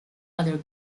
other